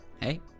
Hey